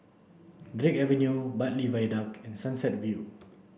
Drake Avenue Bartley Viaduct and Sunset View